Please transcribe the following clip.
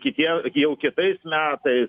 kitie jau kitais metais